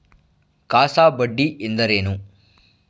CASA ಬಡ್ಡಿ ಎಂದರೇನು?